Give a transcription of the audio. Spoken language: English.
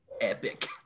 Epic